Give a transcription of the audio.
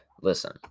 Listen